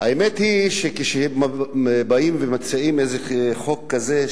האמת היא שכשבאים ומציעים איזה חוק כזה,